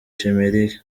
eric